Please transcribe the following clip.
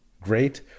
great